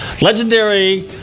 Legendary